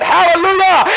Hallelujah